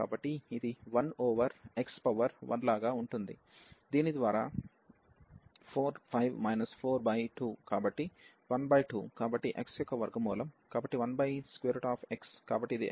కాబట్టి ఇది 1 over x power 1 లాగా ఉంటుంది దీని ద్వారా 4 5 మైనస్ 4 బై 2 కాబట్టి 1 బై 2